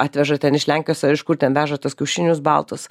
atveža ten iš lenkijos ar iš kur ten veža tuos kiaušinius baltus